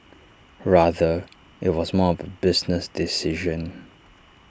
rather IT was more of business decision